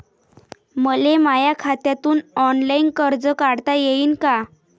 मले माया खात्यातून ऑनलाईन कर्ज काढता येईन का?